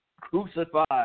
crucified